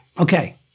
Okay